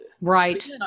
right